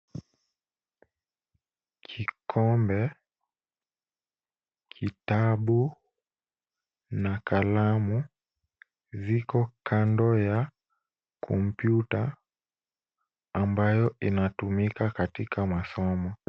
Kikombe, kitabu na kalamu viko kando ya kompyuta ambayo inatumika katika masomo.